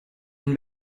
une